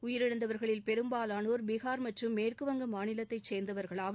உயிரிழந்தவர்களில் பெரும்பாவானோர் பீகார் மற்றும் மேற்குவங்க மாநிலத்தை சேர்ந்தவர்கள் ஆவர்